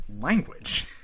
language